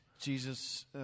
Jesus